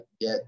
get